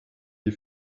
die